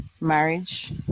marriage